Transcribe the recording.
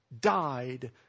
died